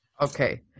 Okay